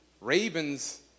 Ravens